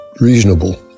reasonable